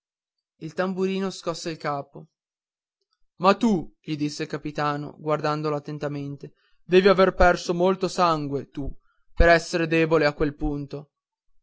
il tamburino scosse il capo ma tu gli disse il capitano guardandolo attentamente devi aver perso molto sangue tu per esser debole a quel